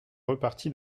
reparti